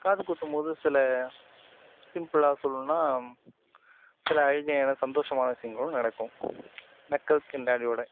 காது குத்தும் போது சில சிம்பிளாக சொல்லணும்னா சில அழுகைகளும் சந்தோஷமான விஷயங்கள் நடக்கும் நக்கல் கிண்டலோடு